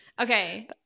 Okay